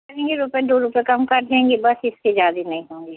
एक दो रुपए तीन रुपए कम कर देंगे बस इससे ज़्यादा नहीं होंगे